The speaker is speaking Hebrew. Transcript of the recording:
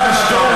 אלעזר שטרן,